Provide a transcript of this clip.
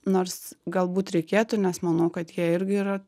nors galbūt reikėtų nes manau kad jie irgi yra